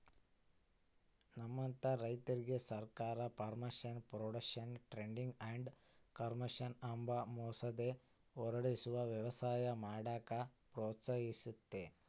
ನಮ್ಮಂತ ರೈತುರ್ಗೆ ಸರ್ಕಾರ farmers produce trade and commerce ಅಂಬ ಮಸೂದೆ ಹೊರಡಿಸಿ ವ್ಯವಸಾಯ ಮಾಡಾಕ ಪ್ರೋತ್ಸಹಿಸ್ತತೆ